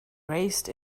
raced